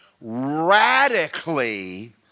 radically